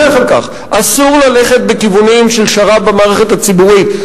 אסור ללכת בכיוונים של שר"פ במערכת הציבורית.